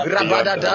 Rabada